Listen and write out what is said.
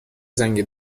زنگ